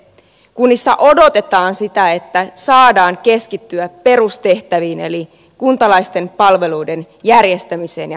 kunnissa odotetaan sitä että saadaan keskittyä perustehtäviin eli kuntalaisten palveluiden järjestämiseen ja tuottamiseen